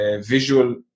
visual